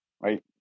right